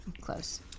Close